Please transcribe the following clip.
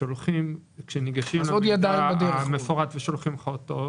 כשניגשים למידע המפורט ושולחים לך אותו,